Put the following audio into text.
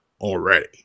already